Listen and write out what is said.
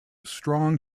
strong